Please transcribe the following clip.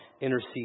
Intercede